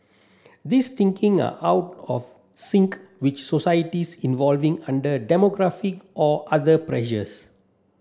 these thinking are out of sync which societies evolving under demographic or other pressures